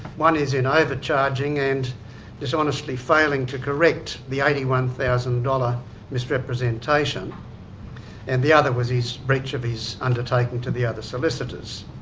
one is in overcharging, and dishonestly failing to correct the eighty one thousand dollars misrepresentation and the other was his breach of his undertaking to the other solicitors.